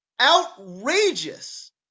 Outrageous